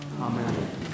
Amen